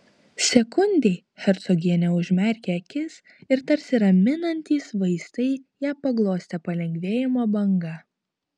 sekundei hercogienė užmerkė akis ir tarsi raminantys vaistai ją paglostė palengvėjimo banga